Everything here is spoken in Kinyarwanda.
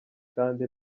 kandi